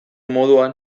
moduan